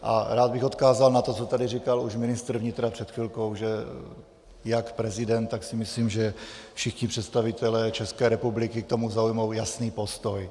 A rád bych odkázal na to, co tady říkal už ministr vnitra před chvilkou, že jak prezident, tak si myslím, že všichni představitelé České republiky k tomu zaujmou jasný postoj.